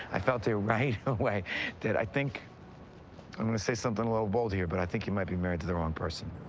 i felt it right away that i think i'm gonna say something a little bold here. but i think you might be married to the wrong person.